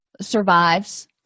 survives